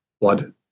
blood